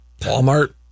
Walmart